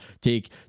take